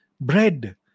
bread